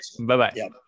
Bye-bye